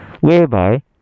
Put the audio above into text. Whereby